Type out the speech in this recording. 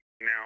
now